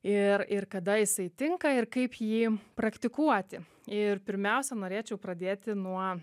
ir ir kada jisai tinka ir kaip jį praktikuoti ir pirmiausia norėčiau pradėti nuo